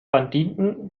banditen